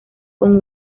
con